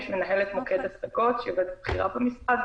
יש מנהלת מוקד השגות שהיא עובדת בכירה במשרד,